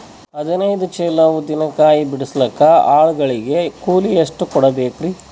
ಹದಿನೈದು ಚೀಲ ಉದ್ದಿನ ಕಾಯಿ ಬಿಡಸಲಿಕ ಆಳು ಗಳಿಗೆ ಕೂಲಿ ಎಷ್ಟು ಕೂಡಬೆಕರೀ?